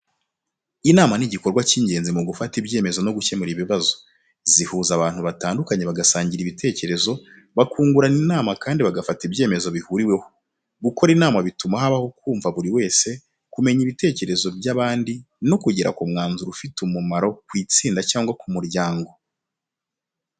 Inama ni igikorwa cy’ingenzi mu gufata ibyemezo no gukemura ibibazo. Zihuza abantu batandukanye bagasangira ibitekerezo, bakungurana inama kandi bagafata ibyemezo bihuriweho. Gukora inama bituma habaho kumva buri wese, kumenya ibitekerezo by’abandi no kugera ku mwanzuro ufite umumaro ku itsinda cyangwa ku muryango.